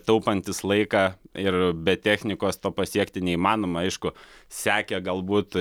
taupantis laiką ir be technikos to pasiekti neįmanoma aišku sekė galbūt